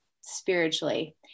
spiritually